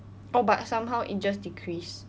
oh but somehow it just decreased